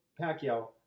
Pacquiao